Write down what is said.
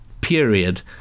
period